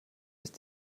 ist